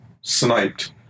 sniped